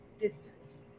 Distance